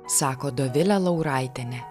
sako dovilė lauraitienė